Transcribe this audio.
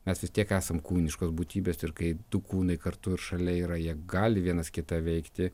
mes vis tiek esam kūniškos būtybės ir kai du kūnai kartu ir šalia yra jie gali vienas kitą veikti